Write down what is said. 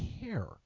care